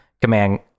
command